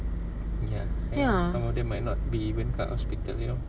ya